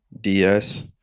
DS